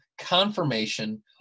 confirmation